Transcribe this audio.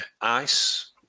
ice